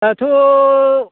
दाथ